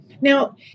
Now